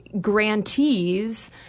grantees